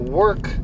work